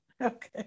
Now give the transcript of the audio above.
Okay